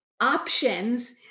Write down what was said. options